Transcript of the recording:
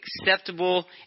acceptable